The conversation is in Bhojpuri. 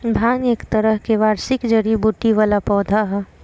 भांग एक तरह के वार्षिक जड़ी बूटी वाला पौधा ह